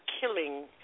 killing